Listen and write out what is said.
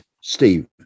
Steve